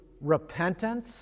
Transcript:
repentance